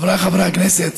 חבריי חברי הכנסת,